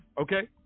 Okay